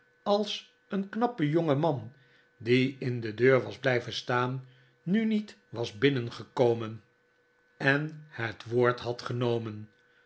als een knappe jongeman die in de deur was blijven staan nu niet was binnengekomen en het woord had genomen